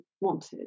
wanted